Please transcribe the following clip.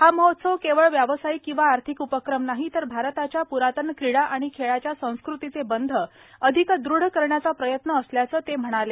हा महोत्सव केवळ व्यावसायिक किंवा आर्थिक उपक्रम नाही तर भारताच्या प्रातन क्रीडा आणि खेळाच्या संस्कृतीचे बंध अधिक दृढ करायचा प्रयत्न असल्याचं ते म्हणाले